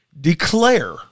declare